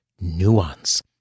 nuance